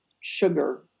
sugar